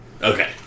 Okay